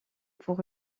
pour